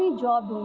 so job